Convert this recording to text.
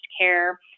care